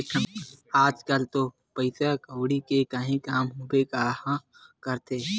आज कल तो बिना पइसा कउड़ी के काहीं काम होबे काँहा करथे